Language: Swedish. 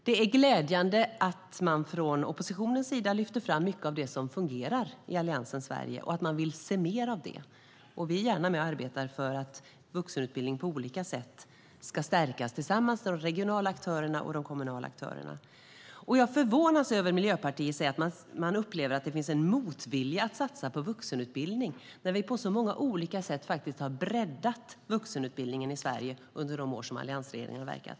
Det är glädjande att man från oppositionens sida lyfter fram mycket av det som fungerar i Alliansens Sverige och att man vill se mer av det. Vi är gärna med och arbetar för att vuxenutbildning på olika sätt ska stärkas tillsammans med de regionala och kommunala aktörerna. Jag förvånas över att Miljöpartiet säger att man upplever att det finns en motvilja att satsa på vuxenutbildning när vi på så många olika sätt har breddat vuxenutbildningen i Sverige under de år som alliansregeringen har verkat.